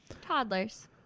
Toddlers